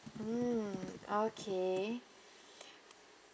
mm okay